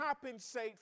compensate